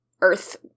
Earth –